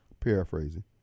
paraphrasing